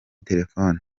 telefoni